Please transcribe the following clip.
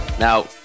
Now